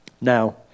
Now